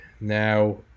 now